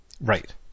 right